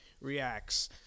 Reacts